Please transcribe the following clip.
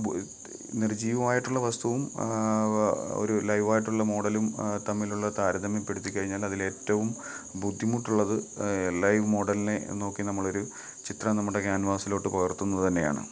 നിർജ്ജീവമായിട്ടുള്ള വസ്തുവും ഒരു ലൈവായിട്ടുള്ള മോഡലും തമ്മിലുള്ള താരതമ്യപ്പെടുത്തി കഴിഞ്ഞാലതിലേറ്റവും ബുദ്ധിമുട്ടുള്ളത് ലൈവ് മോഡലിനെ നോക്കി നമ്മളൊരു ചിത്രം നമ്മുടെ ക്യാൻവാസിലോട്ട് പകർത്തുന്നത് തന്നെയാണ്